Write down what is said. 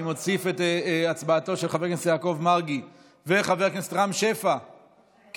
אני מוסיף את הצבעתם של חבר הכנסת יעקב מרגי וחבר הכנסת רם שפע כתומכים,